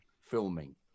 filming